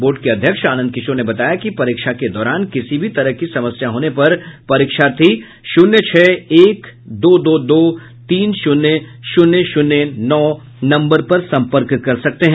board के अध्यक्ष आनंद किशोर ने बताया कि परीक्षा के दौरान किसी भी तरह की समस्या होने पर परीक्षार्थी शून्य छह एक दो दो दो तीन शून्य शून्य शून्य नौ नम्बर पर संपर्क कर सकते हैं